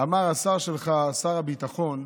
כשאמר השר שלך, שר הביטחון,